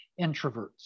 introverts